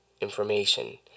information